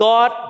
God